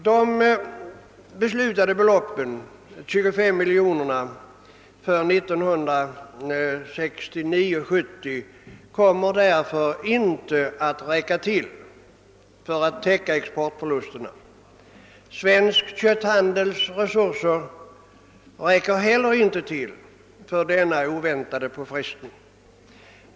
Det beslutade beloppet 25 miljoner kronor kommer därför inte att räcka till för att täcka exportförlusterna, och Svensk kötthandels resurser räcker inte heller till för denna oväntade påfrestning.